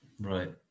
right